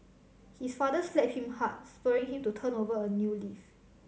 his father slapped him hard spurring him to turn over a new leaf